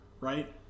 Right